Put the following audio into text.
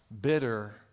bitter